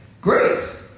Great